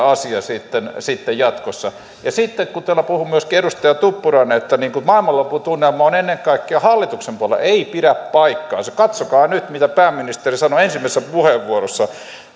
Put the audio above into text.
asia sitten sitten jatkossa sitten kun täällä puhui myöskin edustaja tuppurainen että niin kuin maailmanlopun tunnelma on ennen kaikkea hallituksen puolella ei pidä paikkaansa katsokaa nyt mitä pääministeri sanoi ensimmäisessä puheenvuorossaan